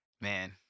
Man